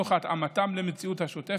תוך התאמתם למציאות השוטפת,